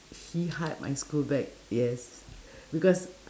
he hide my school bag yes because